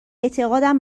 اعتقادم